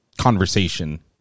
conversation